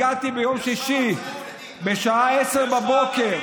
יש לך ערכים,